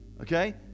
okay